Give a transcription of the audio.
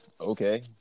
okay